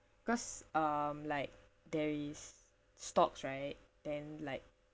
because um like there is stocks right then like